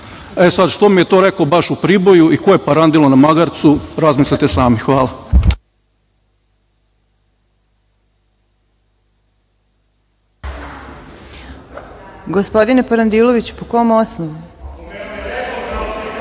E sad što mi je to rekao baš u Priboju i ko je Parandilo na magarcu razmislite sami. Hvala.